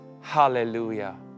Hallelujah